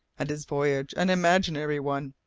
and his voyage an imaginary one!